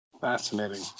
Fascinating